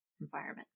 environment